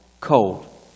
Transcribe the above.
cold